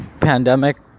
pandemic